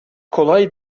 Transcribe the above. kolay